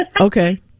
Okay